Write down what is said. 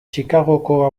chicagoko